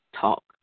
talk